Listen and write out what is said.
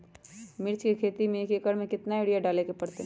मिर्च के खेती में एक एकर में कितना यूरिया डाले के परतई?